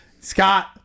Scott